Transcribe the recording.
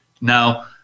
Now